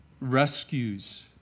rescues